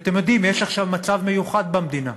כי אתם יודעים, יש עכשיו מצב מיוחד במדינה: